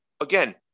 again